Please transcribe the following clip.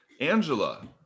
angela